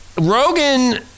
Rogan